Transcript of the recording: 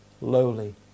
lowly